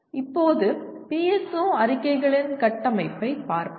இப்போது PSO அறிக்கைகளின் கட்டமைப்பைப் பார்ப்போம்